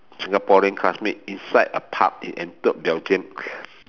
Singaporean classmate inside a pub in Antwerp Belgium